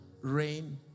rain